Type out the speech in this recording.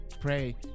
pray